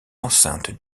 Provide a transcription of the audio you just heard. enceinte